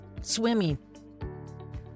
swimming